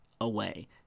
away